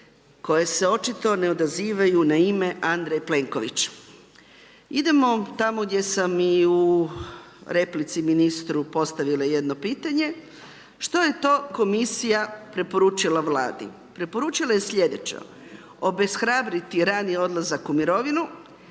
koje se očito ne odazivaju na ime Andrej Plenković. Idemo tamo gdje sam i u replici ministru postavila jedno pitanje, što je to komisija preporučila Vladi? Preporučila je slijedeće: obeshrabriti raniji odlazak u mirovinu,